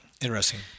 Interesting